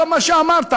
גם מה שאמרת.